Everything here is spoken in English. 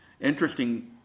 interesting